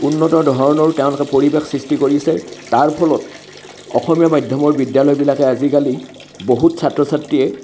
উন্নত ধৰণৰো তেওঁলোকে পৰিৱেশ সৃষ্টি কৰিছে তাৰফলত অসমীয়া মাধ্যমৰ বিদ্যালয়বিলাকে আজিকালি বহুত ছাত্ৰ ছাত্ৰীয়ে